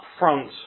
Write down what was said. upfront